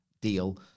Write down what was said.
deal